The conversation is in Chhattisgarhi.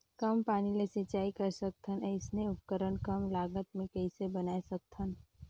कम पानी ले सिंचाई कर सकथन अइसने उपकरण कम लागत मे कइसे बनाय सकत हन?